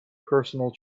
personal